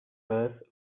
earth